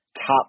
top